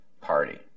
party